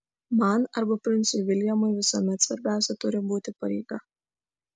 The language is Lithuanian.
man arba princui viljamui visuomet svarbiausia turi būti pareiga